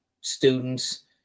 students